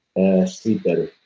ah sleep better.